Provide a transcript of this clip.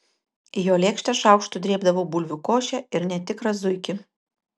į jo lėkštę šaukštu drėbdavau bulvių košę ir netikrą zuikį